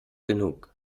genug